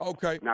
Okay